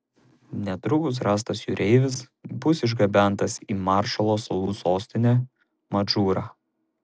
netrukus rastas jūreivis bus išgabentas į maršalo salų sostinę madžūrą